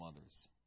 others